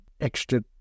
extra